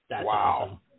Wow